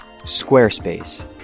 Squarespace